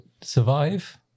survive